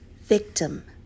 Victim